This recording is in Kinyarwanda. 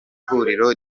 ihuriro